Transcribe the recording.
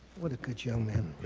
what a good young man.